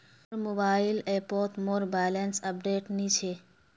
मोर मोबाइल ऐपोत मोर बैलेंस अपडेट नि छे